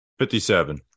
57